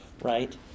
right